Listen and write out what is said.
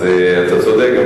אז אתה צודק,